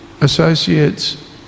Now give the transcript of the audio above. associates